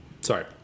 sorry